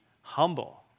humble